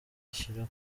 ashyira